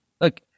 Look